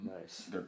Nice